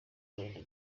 n’urundi